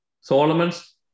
Solomon's